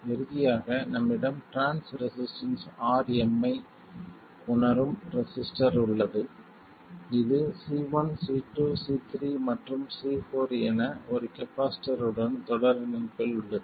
இறுதியாக நம்மிடம் trans resistance Rm ஐ உணரும் ரெசிஸ்டர் உள்ளது இது C1 C2 C3 மற்றும் C4 என ஒரு கப்பாசிட்டர் உடன் தொடர் இணைப்பில் உள்ளது